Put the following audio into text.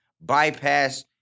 bypass